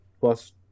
plus